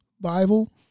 Bible